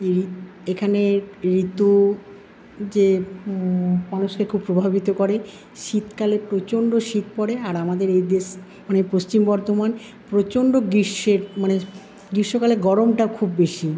এখানে ঋতু যে মানুষকে খুব প্রভাবিত করে শীতকালে প্রচণ্ড শীত পরে আর আমাদের এদেশ মানে পশ্চিম বর্ধমান প্রচণ্ড গ্রীষ্মের মানে গ্রীষ্মকালে গরমটাও খুব বেশি